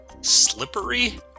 Slippery